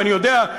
ואני יודע.